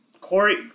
Corey